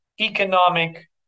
economic